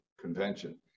Convention